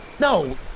No